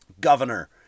governor